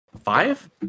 five